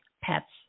pets